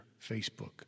Facebook